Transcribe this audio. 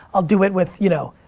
i'll do it with you know.